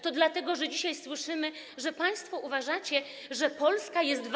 To dlatego, że dzisiaj słyszymy, że państwo uważacie, że Polska jest wasza.